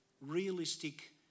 realistic